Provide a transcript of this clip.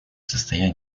состоянии